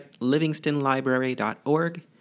livingstonlibrary.org